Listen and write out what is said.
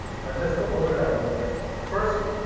but let's go over that real quick first.